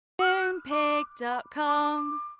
Moonpig.com